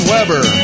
Weber